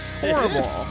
Horrible